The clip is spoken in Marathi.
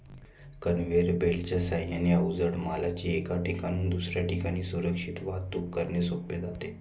कन्व्हेयर बेल्टच्या साहाय्याने अवजड मालाची एका ठिकाणाहून दुसऱ्या ठिकाणी सुरक्षित वाहतूक करणे सोपे जाते